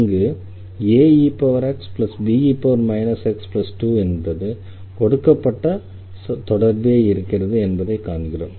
இங்கு aexbe x2 என்ற கொடுக்கப்பட்ட தொடர்பு இருக்கிறது என்பதை காண்கிறோம்